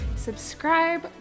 subscribe